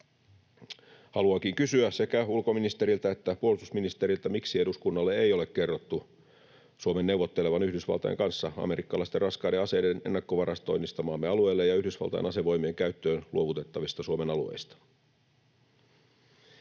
Haluankin kysyä sekä ulkoministeriltä että puolustusministeriltä: miksi eduskunnalle ei ole kerrottu Suomen neuvottelevan Yhdysvaltojen kanssa amerikkalaisten raskaiden aseiden ennakkovarastoinnista maamme alueille ja Yhdysvaltain asevoimien käyttöön luovutettavista Suomen alueista?